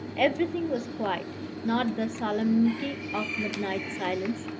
everything was quiet not the solemnity of midnight silence,